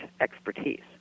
expertise